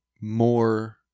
more